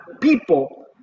people